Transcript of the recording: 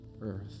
earth